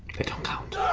they don't count.